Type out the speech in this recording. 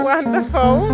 Wonderful